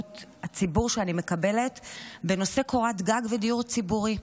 של פניות הציבור שאני מקבלת בנושא קורת גג ודיור ציבורי.